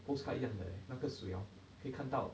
postcard 一样的那个水 hor 可以看到